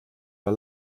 der